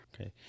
Okay